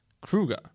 Kruger